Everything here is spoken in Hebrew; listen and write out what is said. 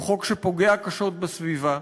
הוא חוק שפוגע קשות בסביבה,